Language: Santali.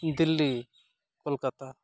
ᱫᱤᱞᱞᱤ ᱠᱳᱞᱠᱟᱛᱟ